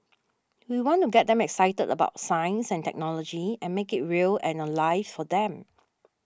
we want to get them excited about science and technology and make it real and alive for them